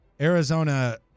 Arizona